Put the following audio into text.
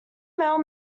male